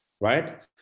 right